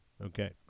Okay